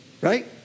right